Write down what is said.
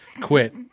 Quit